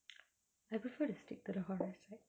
I prefer to stick to the horror side